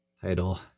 title